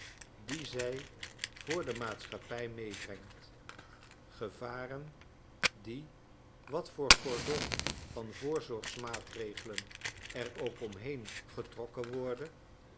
dien zij voor de maatschappij meebrengt gevaren die wat voor cordon van voorzorgsmaatregelen er ook omheen getrokken worde